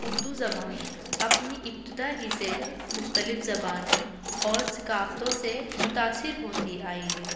اردو زبان اپنی ابتدا ہی سے مختلف زبانوں اور ثقافتوں سے متاثر ہوتی آئی ہے